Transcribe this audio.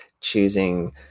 choosing